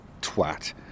twat